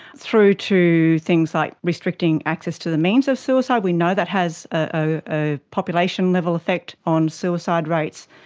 through to things like restricting access to the means of suicide. we know that has a population level effect on suicide rates.